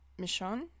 Michonne